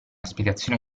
spiegazione